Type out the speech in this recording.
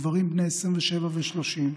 גברים בני 27 ו-30,